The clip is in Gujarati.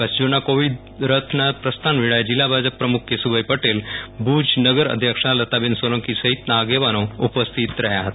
કચ્છ ઝોનના કોવીડ રથના પ્રસ્થાન વેળાએ જીલ્લા ભાજપ પ્રમુખ કેશુભાઈ પટેલ ભુજ નગર અધ્યક્ષા લતા બેન સોલંકી સહિતના આગેવાનો ઉપસ્થિત રહ્યા હતા